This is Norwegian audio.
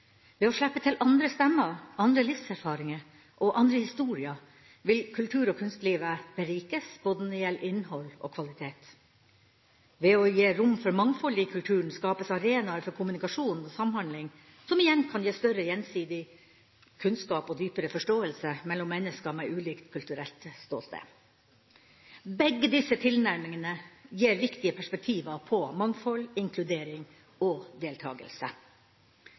Ved å slippe til andre stemmer, andre livserfaringer og andre historier vil kultur- og kunstlivet berikes både når det gjelder innhold, og når det gjelder kvalitet. Ved å gi rom for mangfoldet i kulturen skapes arenaer for kommunikasjon og samhandling, som igjen kan gi større gjensidig kunnskap og dypere forståelse mellom mennesker med ulikt kulturelt ståsted. Begge disse tilnærmingene gir viktige perspektiver på mangfold, inkludering og deltakelse.